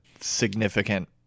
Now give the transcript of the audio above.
significant